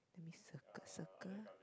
let me circle circle